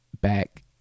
back